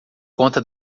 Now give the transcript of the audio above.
conta